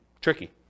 tricky